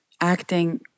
acting